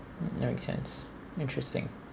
ya makes sense interesting